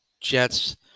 Jets